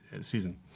season